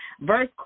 Verse